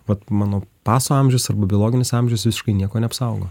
vat mano paso amžius arba biologinis amžius visiškai nieko neapsaugo